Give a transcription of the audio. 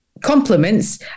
compliments